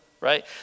right